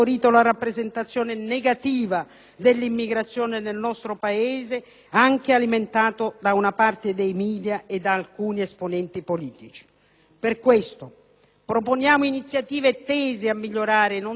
dell'immigrazione nel nostro Paese, anche alimentato da una parte dei media e da alcuni esponenti pubblici. Per tale motivo, proponiamo iniziative non soltanto tese a migliorare la situazione economico-sociale